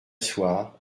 soir